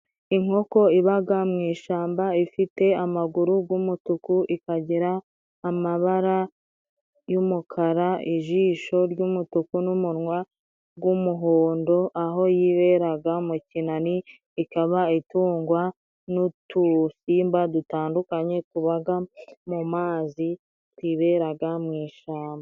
Inkoko ibaga mu ishamba ifite amaguru gw'umutuku, ikagira amabara y'umukara, ijisho ry'umutuku n'umunwa gw'umuhondo, aho yiberaga mu kinani, ikaba itungwa n'utusimba dutandukanye tubaga mu mazi, twiberaga mu ishamba.